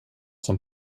som